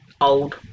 old